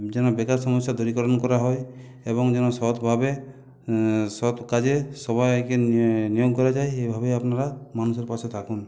যেন বেকার সমস্যা দূরীকরণ করা হয় এবং যেন সৎভাবে সৎ কাজে সবাইকে নি নিয়োগ করা যায় এইভাবে আপনারা মানুষের পাশে থাকুন